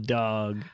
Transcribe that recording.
dog